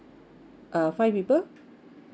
uh five people